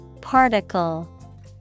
Particle